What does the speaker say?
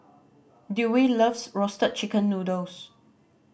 Dewey loves roasted chicken noodles